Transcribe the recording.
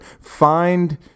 find